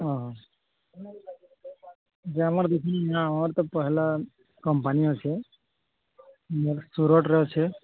ହଁ ଯେ ଆମର ଦେଖୁ ଆମର ତ ପହଲା କମ୍ପାନୀ ଅଛେ ସୁରଟରେ ଅଛେ